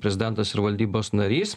prezidentas ir valdybos narys